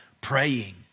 praying